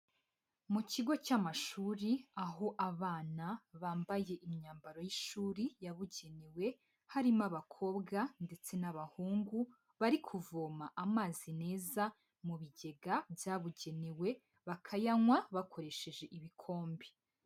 Mu kigo cy'amashuri aho abana bambaye imyambaro y'ishuri yabugenewe, harimo abakobwa ndetse n'abahungu, bari kuvoma amazi meza mu bigega byabugenewe, bakayanywa bakoresheje ibikombe.